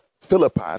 Philippi